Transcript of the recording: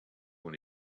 when